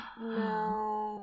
No